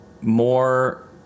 more